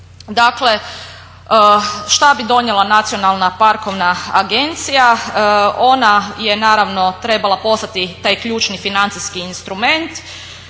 Dakle šta bi donijela Nacionalna parkovna agencija, ona je naravno trebala poslati taj ključni financijski instrument.